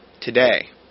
today